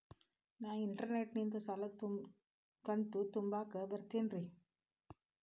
ನಾ ಇಂಟರ್ನೆಟ್ ನಿಂದ ಸಾಲದ ಕಂತು ತುಂಬಾಕ್ ಬರತೈತೇನ್ರೇ?